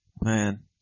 Man